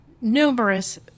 numerous